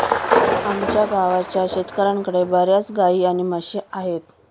आमच्या गावाच्या शेतकऱ्यांकडे बर्याच गाई आणि म्हशी आहेत